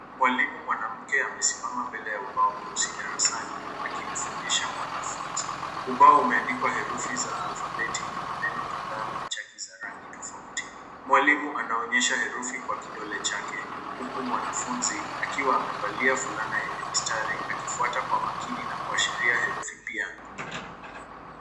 Mwalimu mwanamke amesimama mbele ya ubao mweusi darasani akimfundisha mwanafunzi. Ubao umeandikwa herufi za alfabeti na maneno kadhaa za rangi tofauti. Mwalimu anaonyesha herufi kwa kidole chake huku mwanafunzi akiwa amevalia fulana yenye mistari akifuata kwa makini na kuashiria herufi pia.